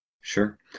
Sure